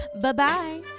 Bye-bye